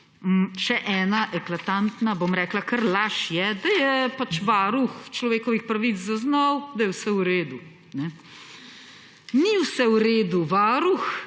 Še ena eklatantna, bom rekla, kar laž je, da je Varuh človekovih pravic zaznal, da je vse v redu. Ni vse v redu. Varuh